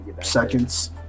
Seconds